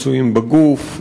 פצועים בגוף,